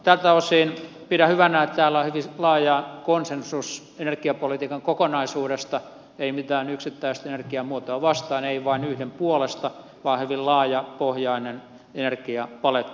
tältä osin pidän hyvänä että täällä on hyvin laaja konsensus energiapolitiikan kokonaisuudesta ei mitään yksittäistä energiamuotoa vastaan ei vain yhden puolesta vaan hyvin laajapohjainen energiapaletti